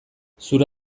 zure